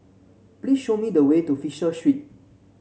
please show me the way to Fisher Street